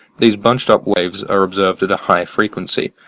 these bunched up waves are observed at a high frequency,